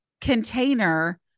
container